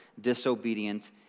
disobedient